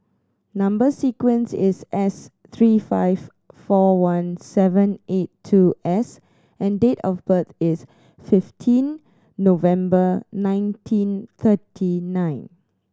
number sequence is S three five four one seven eight two S and date of birth is fifteen November nineteen thirty nine